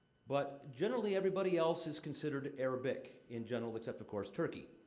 but generally, everybody else is considered arabic, in general, except, of course, turkey.